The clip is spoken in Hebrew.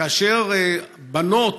כאשר בנות